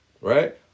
Right